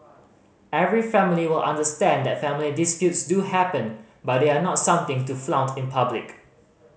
every family will understand that family disputes do happen but they are not something to flaunt in public